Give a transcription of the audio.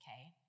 Okay